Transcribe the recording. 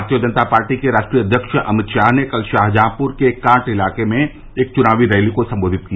भारतीय जनता पार्टी के राष्ट्रीय अध्यक्ष अमित शाह ने कल शाहजहांपुर के कांट इलाके में एक चुनावी रैली को संबोधित किया